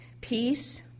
peace